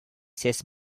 says